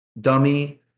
dummy